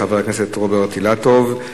חבר הכנסת רוברט אילטוב.